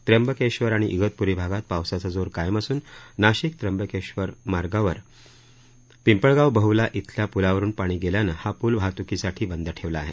त्र्यंबकेश्वर आणि इगतप्री भागात पावसाचा जोर कायम असून नाशिक बकेश्वर मार्गावर पिंपळगाव बहला इथल्या पृलावरून पाणी गेल्याने हा पूल वाहत्कीसाठी बंद ठेवला आहे